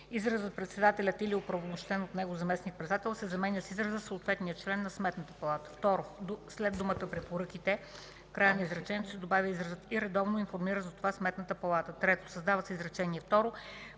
Изразът „Председателят или оправомощен от него заместник-председател” се заменя с израза „Съответният член на Сметната палата”. 2. След думата „препоръките” в края на изречението се добавя изразът „и редовно информира за това Сметната палата”. 3. Създава се изречение второ